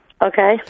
Okay